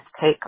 take